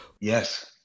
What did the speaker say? Yes